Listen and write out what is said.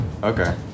Okay